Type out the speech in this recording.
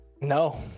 no